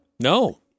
No